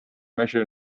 measure